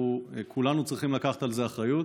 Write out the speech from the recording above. וכולנו צריכים לקחת על זה אחריות.